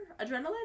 Adrenaline